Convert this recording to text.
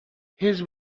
his